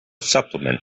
supplement